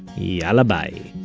yalla bye